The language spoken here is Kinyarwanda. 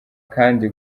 kandi